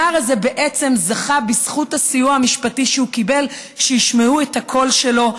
הנער הזה זכה בזכות הסיוע המשפטי שהוא קיבל שישמעו את הקול שלו,